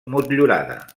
motllurada